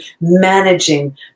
managing